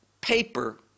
paper